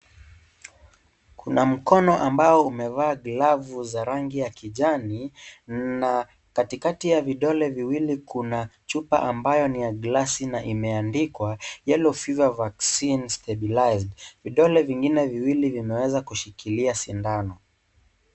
Kuna mkono ambao umevaa glovu za rangi ya kijani na katikati ya vidole viwili kuna chupa ambayo ni ya glasi na imeandikwa, yellow fever vaccine stabiliser vidole vingine viwili vimeweza kushikilia sindano.